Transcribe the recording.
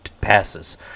passes